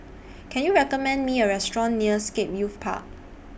Can YOU recommend Me A Restaurant near Scape Youth Park